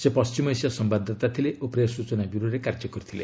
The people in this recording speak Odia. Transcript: ସେ ପଶ୍ଚିମ ଏସିଆ ସମ୍ବାଦଦାତା ଥିଲେ ଓ ପ୍ରେସ୍ ସୂଚନା ବ୍ୟୁରୋରେ କାର୍ଯ୍ୟ କରିଥିଲେ